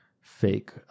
fake